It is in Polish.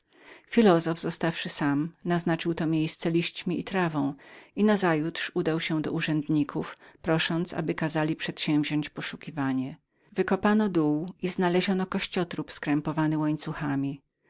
filozof zostawszy sam naznaczył to miejsce liściem i kamieniami i nazajutrz udał się do urzędników prosząc aby kazali przedsięwziąść poszukiwanie wykopano dół i znaleziono kościotrup skrępowany łańcuchami